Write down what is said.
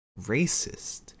racist